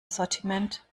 sortiment